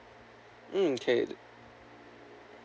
mm K